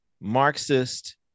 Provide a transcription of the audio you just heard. Marxist